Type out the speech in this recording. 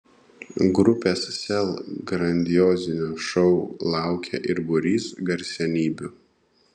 grupės sel grandiozinio šou laukia ir būrys garsenybių